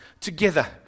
together